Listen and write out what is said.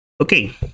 Okay